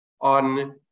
on